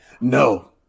No